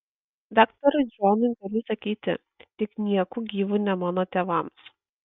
daktarui džonui gali sakyti tik nieku gyvu ne mano tėvams